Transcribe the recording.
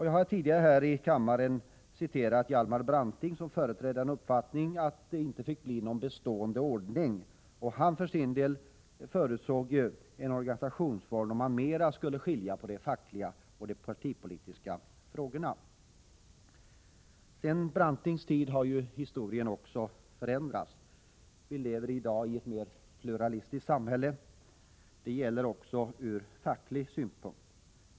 Jag har tidigare här i kammaren citerat Hjalmar Branting, som företrädde den uppfattningen att kollektivanslutningen inte fick bli någon bestående ordning. Han för sin del förutsåg en organisationsform där man mera skulle skilja mellan de fackliga och de partipolitiska frågorna. Sedan Brantings tid har ju historien förändrats. Vi lever i dag i ett mer pluralistiskt samhälle — också ur facklig synpunkt.